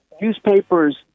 newspapers